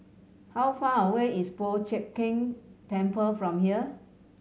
how far away is Po Chiak Keng Temple from here